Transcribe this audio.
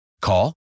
Call